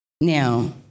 now